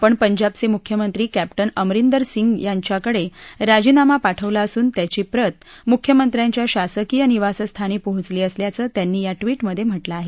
आपण पंजाबचे मुख्यमंत्री कॅप्टन अमरिंदर सिंग यांच्याकडे राजीनामा पाठवला असून त्याची प्रत मुख्यमंत्र्याच्या शासकीय निवासस्थानी पोचली असल्याचं त्यांनी या ट्विटमधे म्हटलं आहे